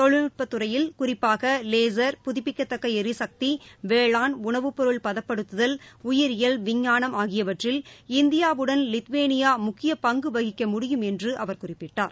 தொழில்நுட்ப துறையில் குறிப்பாக லேசர் புதுப்பிக்கத்தக்க எரிசக்தி வேளாண் உணவுப்பொருள் பதப்படுத்துதல் உயிரியல் விஞ்ஞானம் ஆகியவற்றில் இந்தியாவுடன் லித்வேளியா முக்கிய பங்கு வகிக்க முடியும் என்று அவர் குறிப்பிட்டார்